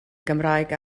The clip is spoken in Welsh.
gymraeg